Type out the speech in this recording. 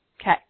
okay